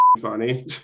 funny